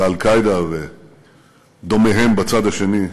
ו"אל-קאעידה" ודומיהם בצד השני,